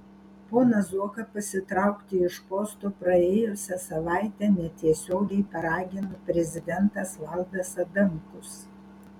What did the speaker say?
poną zuoką pasitraukti iš posto praėjusią savaitę netiesiogiai paragino prezidentas valdas adamkus